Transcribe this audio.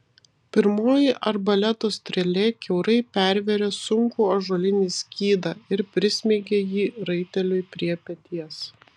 pirmoji arbaleto strėlė kiaurai pervėrė sunkų ąžuolinį skydą ir prismeigė jį raiteliui prie peties